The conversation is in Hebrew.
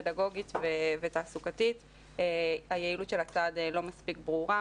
פדגוגית ותעסוקתית היעילות של הצעד לא מספיק ברורה.